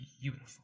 beautiful